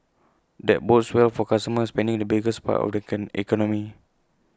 that bodes well for consumer spending the biggest part of the can economy